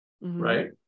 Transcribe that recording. right